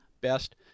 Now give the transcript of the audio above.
best